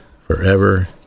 forever